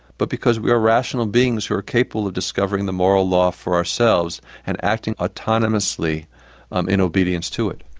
but because we are rational beings who are capable of discovering the moral law for ourselves and acting autonomously um in obedience to it.